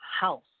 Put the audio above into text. house